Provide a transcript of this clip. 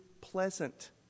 pleasant